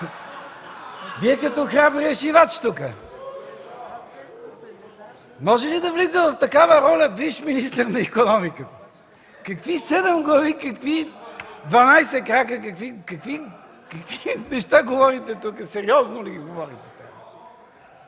Вие – като Храбрия шивач тук! Може ли да влиза в такава роля бивш министър на икономиката? Какви седем глави, какви дванадесет крака, какви неща говорите тук? Сериозно ли ги говорите?